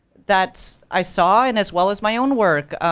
that's i saw, and as well as my own work,